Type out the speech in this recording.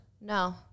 No